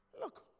Look